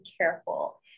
careful